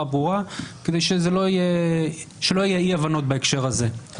ברורה כדי שלא יהיה אי הבנות בהקשר הזה.